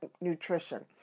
nutrition